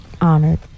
Honored